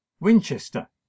winchester